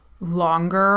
longer